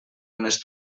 unes